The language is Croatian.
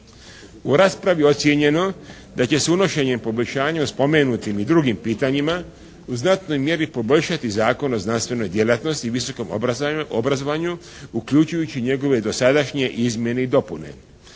U raspravi je ocijenjeno da će se unošenje poboljšanja o spomenutim i drugim pitanjima u znatnoj mjeri poboljšati Zakon o znanstvenoj djelatnosti i visokom obrazovanju uključujući njegove dosadašnje izmjene i dopune.